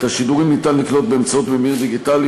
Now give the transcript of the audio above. את השידורים ניתן לקלוט באמצעות ממיר דיגיטלי